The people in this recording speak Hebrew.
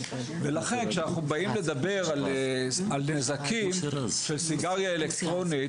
ולכן כשאנחנו באים לדבר על נזקים של סיגריה אלקטרונית,